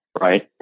Right